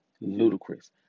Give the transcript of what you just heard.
ludicrous